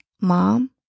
Mom